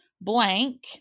blank